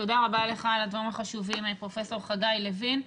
תודה רבה לך על הדברים החשובים, פרופ' חגי לוין.